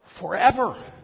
forever